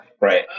Right